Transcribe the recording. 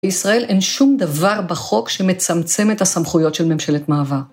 בישראל אין שום דבר בחוק שמצמצם את הסמכויות של ממשלת מעבר.